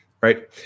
right